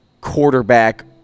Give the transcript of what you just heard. quarterback